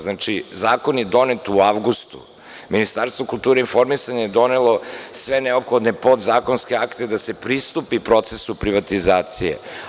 Zakon je donet u avgustu, Ministarstvo kulture i informisanja je donelo sve neophodne podzakonske akte da se pristupi procesu privatizacije.